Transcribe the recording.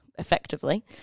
effectively